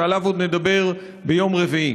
שעליו עוד נדבר ביום רביעי.